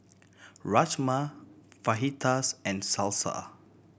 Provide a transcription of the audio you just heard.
Rajma Fajitas and Salsa